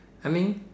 I mean